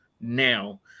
now